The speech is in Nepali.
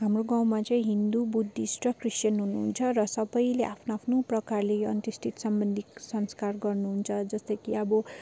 हाम्रो गाउँमा चाहिँ हिन्दू बुद्धिस्ट र क्रिस्चियन हुनुहुन्छ र सबैले आफ्नो आफ्नो प्रकारले अन्त्येष्टि सम्बन्धी संस्कार गर्नुहुन्छ जस्तो कि अब